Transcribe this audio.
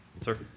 Sir